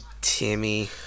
Timmy